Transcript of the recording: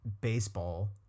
baseball